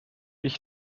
ich